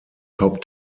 top